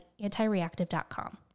anti-reactive.com